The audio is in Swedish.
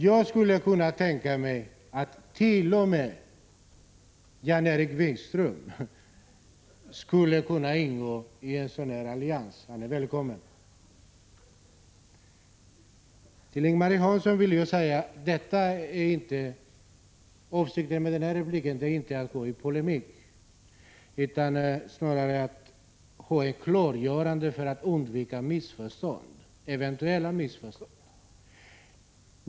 Jag skulle kunna tänka mig att t.o.m. Jan-Erik Wikström skulle kunna ingå i en sådan här allians. Han är välkommen. Till Ing-Marie Hansson vill jag säga: Avsikten med denna replik är inte att gå i polemik utan snarare att få ett klargörande för att undvika eventuella missförstånd.